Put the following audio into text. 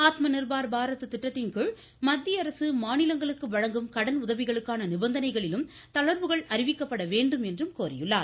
ஆத்ம நிர்பார் பாரத் திட்டத்தின் கீழ் மத்திய அரசு மாநிலங்களுக்கு வழங்கும் கடன் உதவிகளுக்கான நிபந்தனைகளிலும் தளர்வுகள் அறிவிக்கப்பட வேண்டும் என்றும் கோரியுள்ளார்